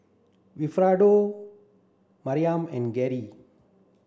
Wilfredo Maryann and Gerry